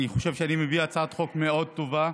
אני חושב שאני מביא הצעת חוק מאוד טובה,